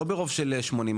לא ברוב של 80,